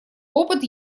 опыт